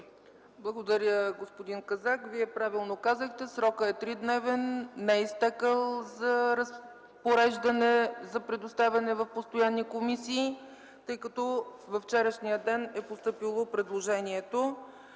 Благодаря, господин Казак. Вие правилно казахте – срокът е тридневен, не е изтекъл за разпореждане, за предоставяне в постоянни комисии, тъй като във вчерашния ден е постъпило предложението,